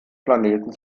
planeten